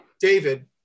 David